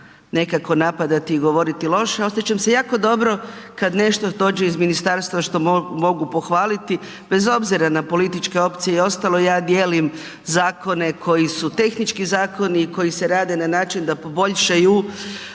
nekako napadati i govoriti loše, osjećam se jako dobro kad nešto dođe iz ministarstva što mogu pohvaliti bez obzira na političke opcije i ostalo, ja dijelim zakone koji su tehnički zakoni i koji se rade na način da poboljšaju